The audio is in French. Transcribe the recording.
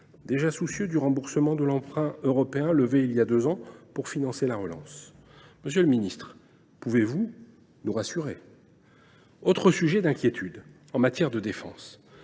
déjà soucieux du remboursement de l’emprunt européen levé il y a deux ans pour financer la relance. Monsieur le ministre, pouvez vous nous rassurer ? Un autre sujet d’inquiétude se fait jour en matière de défense